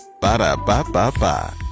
Ba-da-ba-ba-ba